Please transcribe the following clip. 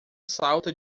salta